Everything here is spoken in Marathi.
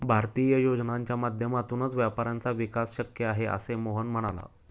भारतीय योजनांच्या माध्यमातूनच व्यापाऱ्यांचा विकास शक्य आहे, असे मोहन म्हणाला